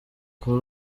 kuri